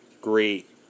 great